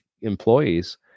employees